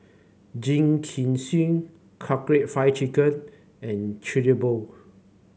Jingisukan Karaage Fried Chicken and Chigenabe